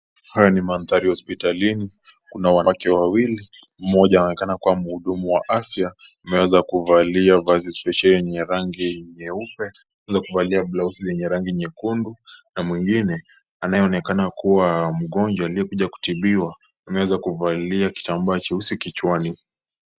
Haya ni mandhari ya hospitalini. Kuna wanawake wawili, mmoja anaonekana kuwa mhudumu wa afya. Ameweza kuvalia vazi spesheli ya rangi nyeupe na kuvalia blausi lenye rangi nyekundu na mwengine anayeonekana kuwa mgonjwa aliyekuja kutibiwa ameweza kuvalia kitambaa cheusi kichwani.